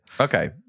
Okay